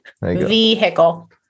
Vehicle